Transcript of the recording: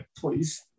please